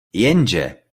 jenže